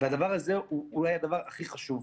והדבר הזה הוא אולי הדבר הכי חשוב.